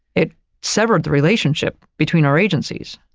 it severed the relationship between our agencies.